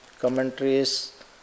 commentaries